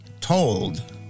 told